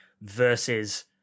versus